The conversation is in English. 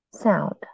sound